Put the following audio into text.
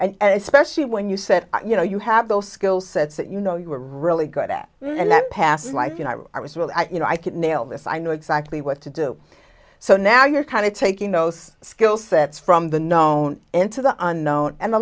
and especially when you said you know you have those skill sets that you know you are really good at past life you know i was really you know i could nail this i know exactly what to do so now you're kind of taking those skill sets from the known into the unknown and a